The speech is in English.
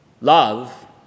Love